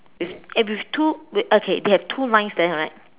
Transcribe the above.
it's eh with two okay they have two lines there right